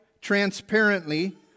transparently